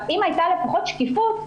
אם הייתה לפחות שקיפות,